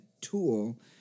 tool